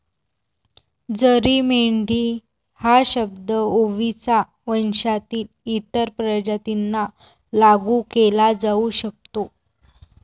जरी मेंढी हा शब्द ओविसा वंशातील इतर प्रजातींना लागू केला जाऊ शकतो